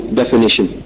definition